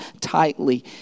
tightly